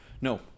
No